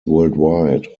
worldwide